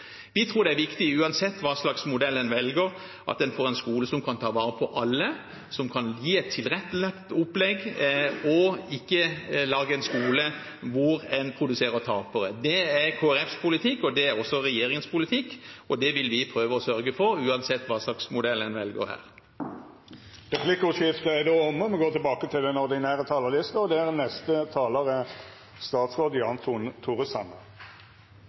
Vi tror det er viktig, uansett hva slags modell en velger, at man får en skole som kan ta vare på alle, og som kan gi et tilrettelagt opplegg, og ikke lager en skole hvor en produserer tapere. Det er Kristelig Folkepartis politikk, og det er også regjeringens politikk. Det vil vi prøve å sørge for uansett hva slags modell en velger her. Replikkordskiftet er omme. Regjeringens mål er å skape et bærekraftig velferdssamfunn. Det viktigste bidraget vi kan gi, er